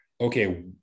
okay